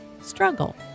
struggle